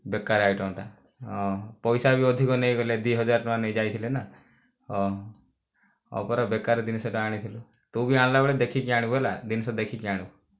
ବେକାର ଆଇଟମ୍ ଟା ହଁ ପଇସା ବି ଅଧିକ ନେଇଗଲେ ଦୁଇ ହଜାର ଟଙ୍କା ନେଇଯାଇଥିଲେ ନା ହଁ ହଁ ପରା ବେକାର ଜିନିଷଟା ଆଣିଥିଲି ତୁ ବି ଆଣିଲାବେଳେ ଦେଖିକି ଆଣିବୁ ହେଲା ଜିନିଷ ଦେଖିକି ଆଣିବୁ